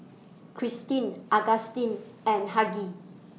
Kristen Augustin and Hughie